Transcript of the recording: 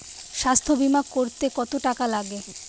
স্বাস্থ্যবীমা করতে কত টাকা লাগে?